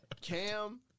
Cam